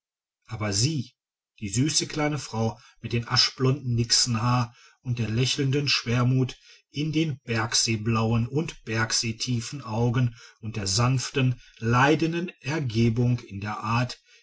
aber sie die süße kleine frau mit dem aschblonden nixenhaar und der lächelnden schwermut in den bergseeblauen und bergseetiefen augen und der sanften leidenden ergebung in der art